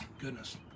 Goodness